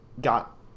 got